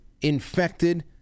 infected